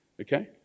Okay